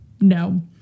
no